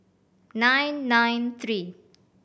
nine nine three